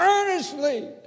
earnestly